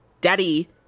daddy